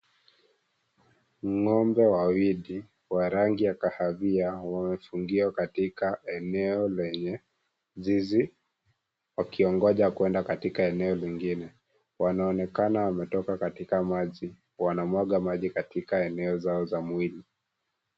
Ngombe wawili wa rangi ya kahawia wamefungiwa katika eneo lenye zizi wakiongojakuenda katika eneo lingine , wanaonekana wametoka katika maji wanamwaga maji katika eneo zao za mwili.